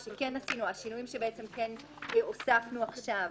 השינויים שכן הוספנו עכשיו,